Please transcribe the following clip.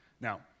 Now